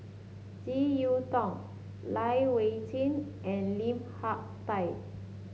JeK Yeun Thong Lai Weijie and Lim Hak Tai